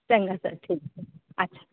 चल ठीक ऐ अच्छा